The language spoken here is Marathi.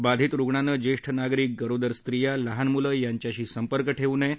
बाधित रूग्णानं ज्येष्ठ नागरिक गरोदर स्त्रिया लहान मुलं यांच्याशी संपर्क ठेऊ नये